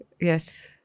Yes